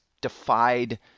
defied